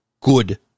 good